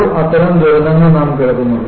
ഇപ്പോൾ അത്തരം ദുരന്തങ്ങൾ നാം കേൾക്കുന്നു